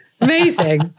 Amazing